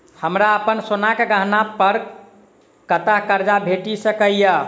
हमरा अप्पन सोनाक गहना पड़ कतऽ करजा भेटि सकैये?